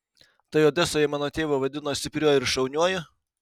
tai odesoje mano tėvą vadino stipriuoju ir šauniuoju